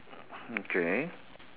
okay